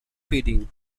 feeding